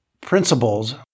principles